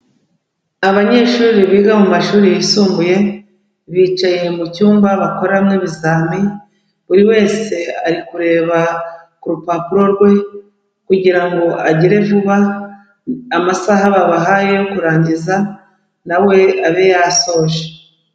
Abanyeshuri biga mu mashuri yisumbuye bicaye mu cyumba bakoreramo ibizami, buri wese ari kureba ku rupapuro rwe kugira ngo agire vuba, amasaha babahaye yo kurangiza nawe abe yasoje.